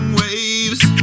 waves